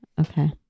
Okay